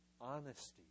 Honesty